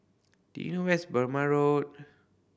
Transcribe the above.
do you know where is Burmah Road